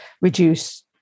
reduce